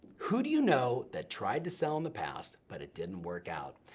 who do you know that tried to sell in the past, but it didn't work out.